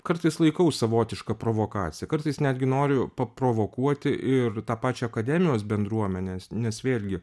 kartais laikau savotiška provokacija kartais netgi noriu paprovokuoti ir tą pačią akademijos bendruomenes nes vėlgi